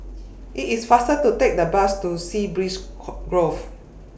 IT IS faster to Take The Bus to Sea Breeze Grove